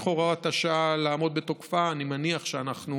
הוראת השעה לעמוד בתוקפה אני מניח שאנחנו